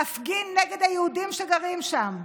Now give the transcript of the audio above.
להפגין נגד היהודים שגרים שם.